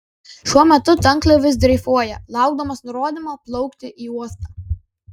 šiuo metu tanklaivis dreifuoja laukdamas nurodymo plaukti į uostą